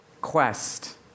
Quest